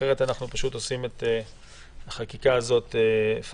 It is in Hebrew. אחרת אנחנו פשוט עושים את החקיקה הזאת פארסה.